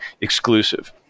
exclusive